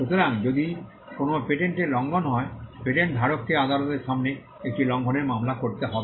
সুতরাং যদি কোনও পেটেন্টের লঙ্ঘন হয় পেটেন্ট ধারককে আদালতের সামনে একটি লঙ্ঘনের মামলা করতে হবে